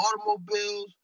Automobiles